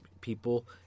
people